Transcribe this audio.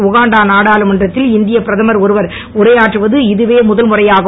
Uganda நாடாளுமன்றத்தில் இந்தியப் பிரதமர் ஒருவர் உரையாற்றுவது இதுவே முதல் முறையாகும்